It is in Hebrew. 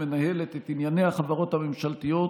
מנהלת את ענייני החברות הממשלתיות,